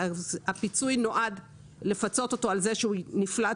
הפיצוי נועד לפצות אותו על זה שהוא נפלט